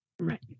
right